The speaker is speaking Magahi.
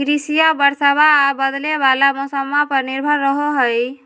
कृषिया बरसाबा आ बदले वाला मौसम्मा पर निर्भर रहो हई